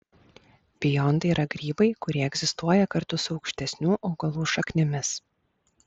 biontai yra grybai kurie egzistuoja kartu su aukštesnių augalų šaknimis